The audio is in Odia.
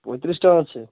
ପଇଁତିରିଶ ଟଙ୍କା ଅଛି